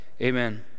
Amen